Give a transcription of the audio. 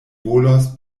volos